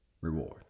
reward